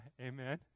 Amen